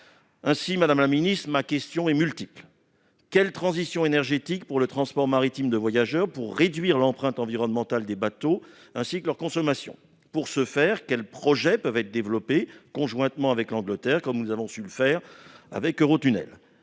débat. Madame la ministre, ma question est multiple. Quelle transition énergétique est-elle prévue pour le transport maritime de voyageurs afin de réduire l'empreinte environnementale des bateaux ainsi que leur consommation ? Pour ce faire, quels projets peuvent être développés conjointement avec l'Angleterre, comme nous avons su le faire avec Eurotunnel ?